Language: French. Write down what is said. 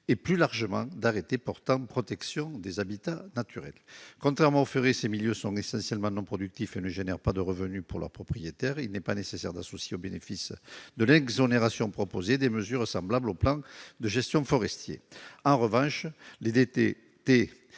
et plus largement, d'arrêtés portant protection des habitats naturels. Contrairement aux forêts, ces milieux sont essentiellement non productifs et leurs propriétaires n'en tirent aucun revenu. Il n'est pas nécessaire d'associer au bénéfice de l'exonération proposée des mesures semblables aux plans de gestion forestiers. En revanche, la